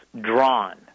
drawn